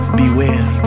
beware